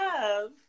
love